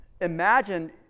imagine